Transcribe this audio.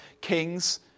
kings